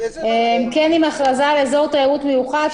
כן עם הכרזה על אזור תיירות מיוחד,